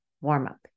warm-up